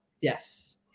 Yes